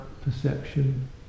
perception